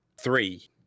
three